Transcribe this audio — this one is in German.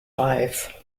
reif